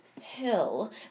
hill